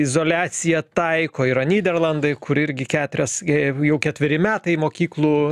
izoliaciją taiko yra nyderlandai kur irgi keturias jau ketveri metai mokyklų